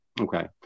Okay